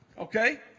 Okay